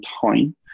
time